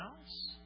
else